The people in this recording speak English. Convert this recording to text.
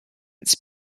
its